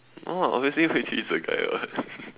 no lah obviously Hui-Ju is a guy [what]